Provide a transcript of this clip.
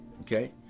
Okay